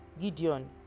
Gideon